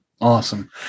Awesome